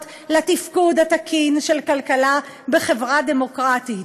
לתפקוד התקין של כלכלה בחברה דמוקרטית.